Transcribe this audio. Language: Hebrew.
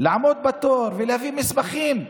לעמוד בתור ולהביא מסמכים.